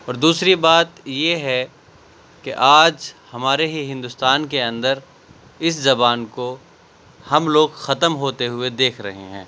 اور دوسری بات یہ ہے کہ آج ہمارے ہی ہندوستان کے اندر اس زبان کو ہم لوگ ختم ہوتے ہوئے دیکھ رہے ہیں